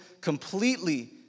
completely